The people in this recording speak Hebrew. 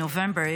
November,